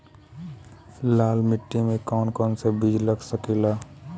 लाल मिट्टी में कौन कौन बीज लग सकेला?